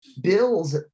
bills